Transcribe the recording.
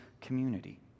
community